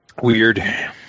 Weird